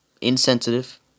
insensitive